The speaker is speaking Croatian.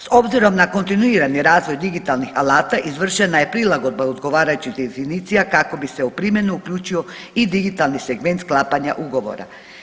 S obzirom na kontinuirani razvoj digitalnih alata izvršena je prilagodba odgovarajućih definicija kako bi se u primjenu uključio i digitalni segment sklapanja ugovora.